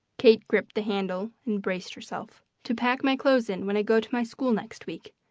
kate gripped the handle and braced herself. to pack my clothes in when i go to my school next week,